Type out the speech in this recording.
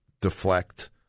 deflect